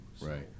Right